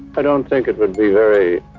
i don't think it would be very